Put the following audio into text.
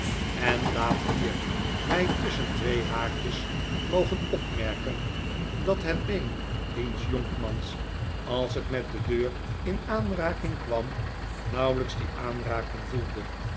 en laat hier my tusschen twee haakjes mogen opmerken dat het been diens jonkmans als het met de deur in aanraking kwam nauwelijks die aanraking voelde